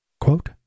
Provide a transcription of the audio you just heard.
Quote